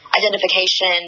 identification